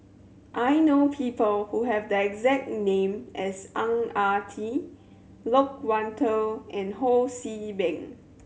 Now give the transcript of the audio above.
I know people who have the exact name as Ang Ah Tee Loke Wan Tho and Ho See Beng